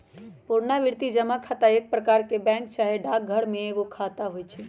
पुरनावृति जमा खता एक प्रकार के बैंक चाहे डाकघर में एगो खता होइ छइ